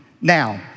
Now